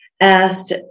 asked